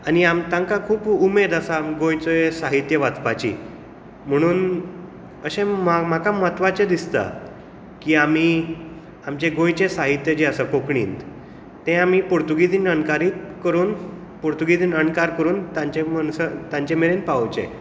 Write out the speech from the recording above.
आनी तांकां खूब उमेद आसा गोंयचें साहित्य वाचपाची म्हणून अशें म्हाका म्हत्वाचें दिसता की आमी आमचें गोंयचें साहित्य जें आसा कोंकणींत तें आमी पुर्तुगीजींत अणकारीत करून पुर्तुगेजींत अणकार करून तांचे म्हणसर तांचे मेरेन पावोवचें